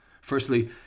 Firstly